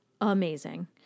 amazing